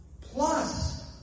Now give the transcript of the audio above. Plus